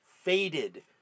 faded